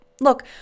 Look